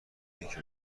یکی